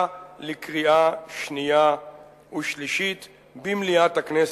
לקריאה שנייה וקריאה שלישית במליאת הכנסת.